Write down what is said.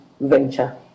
venture